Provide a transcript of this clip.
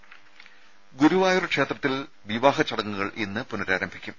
ദേശ ഗുരുവായൂർ ക്ഷേത്രത്തിൽ വിവാഹ ചടങ്ങുകൾ ഇന്ന് പുനഃരാരംഭിക്കും